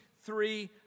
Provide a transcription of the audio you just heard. three